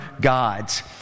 gods